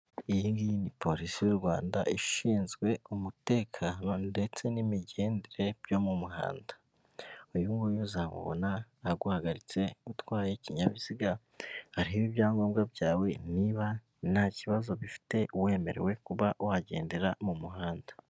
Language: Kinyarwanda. Iyi ngiyi ni polisi y'u Rwanda, ishinzwe umutekano ndetse n'imigendere byo mu muhanda. uyu nguyu uzamubona aguhagaritse utwaye ikinyabiziga, arebabe ibyangombwa byawe niba nta kibazo bifite, wemerewe kuba wagendera mu muhanda.